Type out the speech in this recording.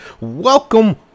Welcome